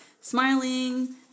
smiling